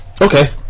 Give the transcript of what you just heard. Okay